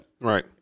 right